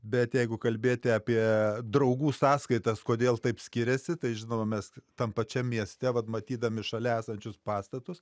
bet jeigu kalbėti apie draugų sąskaitas kodėl taip skiriasi tai žinoma mes tam pačiam mieste vat matydami šalia esančius pastatus